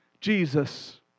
Jesus